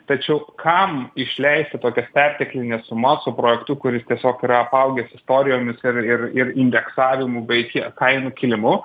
tačiau kam išleisti tokias perteklines sumas su projektu kuris tiesiog yra apaugęs istorijomis ir ir ir indeksavimu bei kei kainų kilimu